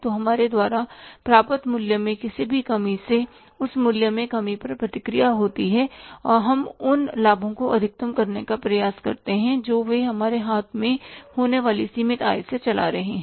तो हमारे द्वारा प्राप्त मूल्य में किसी भी कमी से उस मूल्य में कमी पर प्रतिक्रिया होती है और हम उन लाभों को अधिकतम करने का प्रयास करते हैं जो वे हमारे हाथ में होने वाली सीमित आय से चला रहे हैं